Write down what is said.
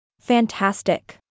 Fantastic